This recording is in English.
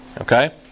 okay